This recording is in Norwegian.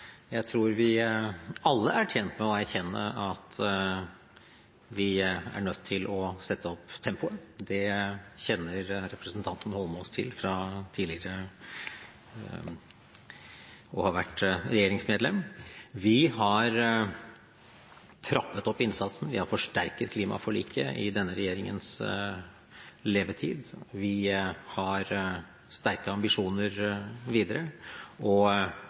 Jeg tror vi alle er tjent med å erkjenne at vi er nødt til å sette opp tempoet. Det kjenner representanten Eidsvoll Holmås til fra tidligere ved å ha vært regjeringsmedlem. Vi har trappet opp innsatsen, og vi har forsterket klimaforliket i denne regjeringens levetid. Vi har sterke ambisjoner videre, og